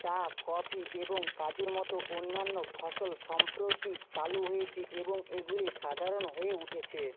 চা কফি এবং কাজুর মতো অন্যান্য ফসল সম্প্রতি চালু হয়েছে এবং এগুলি সাধারণ হয়ে উঠেছে